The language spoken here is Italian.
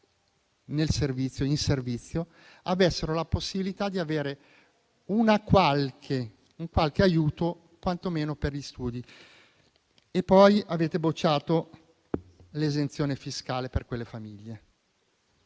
madre uccisi in servizio avesse la possibilità di ricevere un qualche aiuto, quantomeno per gli studi. Avete bocciato inoltre l'esenzione fiscale per quelle famiglie.